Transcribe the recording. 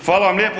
Hvala vam lijepo.